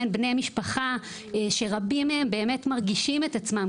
כן בני משפחה שרבים מהם באמת מרגישים את עצמם,